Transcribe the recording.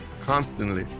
constantly